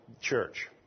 church